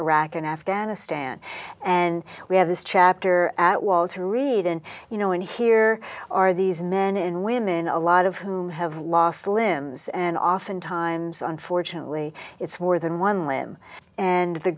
iraq and afghanistan and we have this chapter at walter reed and you know and here are these men and women a lot of whom have lost limbs and oftentimes unfortunately it's more than one limb and the